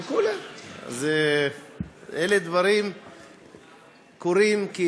אלה דברים שקורים.